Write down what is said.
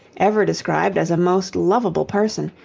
ever described as a most lovable person,